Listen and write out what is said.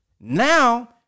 Now